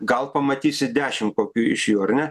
gal pamatysi dešim kokių iš jų ar ne